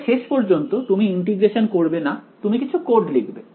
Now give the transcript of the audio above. তবে শেষ পর্যন্ত তুমি ইন্টিগ্রেশন করবে না তুমি কিছু কোড লিখবে